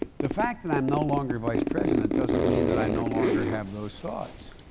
the fact that i'm no longer vice president doesn't mean that i no longer have those thoughts.